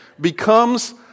becomes